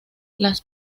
las